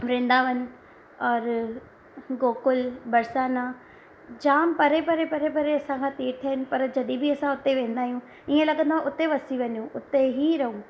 वृंदावन और गोकुल बरसाना जाम परे परे परे परे असांखा तीर्थ आहिनि पर जॾहिं बि असां उते वेंदा आहियूं ईअं लॻंदो आहे उते वसी वञूं उते ई रहूं